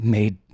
made